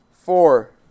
Four